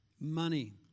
money